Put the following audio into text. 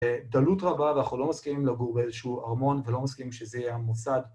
דלות רבה ואנחנו לא מסכימים לגור באיזשהו ארמון ולא מסכימים שזה יהיה המוסד